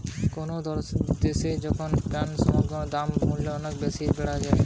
কোনো দ্যাশে যখন পণ্য সামগ্রীর দাম বা মূল্য অনেক বেশি বেড়ে যায়